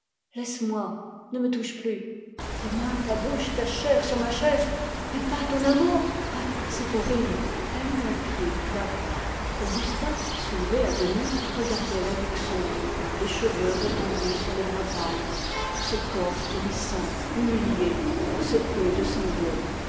laisse-moi ne me touche plus tes mains ta bouche ta chair sur ma chair et pas ton amour ah c'est horrible elle eut un cri navrant augustin soulevé à demi regardait la nuque sombre les cheveux répandus sur les bras pâles tout ce corps humilié secoué de sanglots